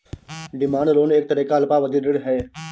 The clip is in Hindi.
डिमांड लोन एक तरह का अल्पावधि ऋण है